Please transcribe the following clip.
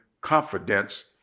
confidence